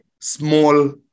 small